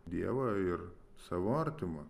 dievą ir savo artimą